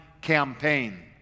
campaign